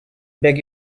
beg